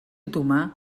otomà